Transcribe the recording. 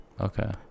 okay